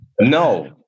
no